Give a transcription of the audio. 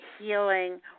Healing